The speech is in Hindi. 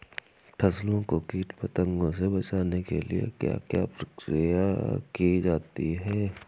फसलों को कीट पतंगों से बचाने के लिए क्या क्या प्रकिर्या की जाती है?